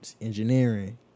engineering